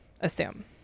assume